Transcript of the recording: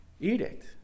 edict